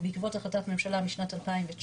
בעקבות החלטת ממשלה משנת 2019,